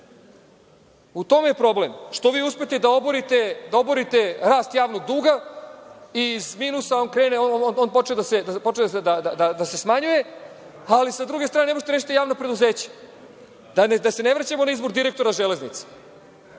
U tome je problem, što vi uspete da oborite rast javnog duga, iz minusa on počne da se smanjuje, ali sa druge strane ne možete da rešite javna preduzeća. Da se ne vraćamo na izbor direktora Železnice,